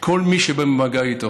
כל מי שבא במגע איתו.